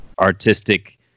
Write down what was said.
artistic